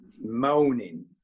moaning